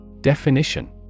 Definition